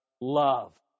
love